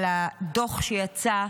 הדוח שיצא,